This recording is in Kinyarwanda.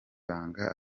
banga